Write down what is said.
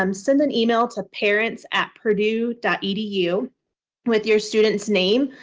um send an email to parents at purdue dot edu with your student's name,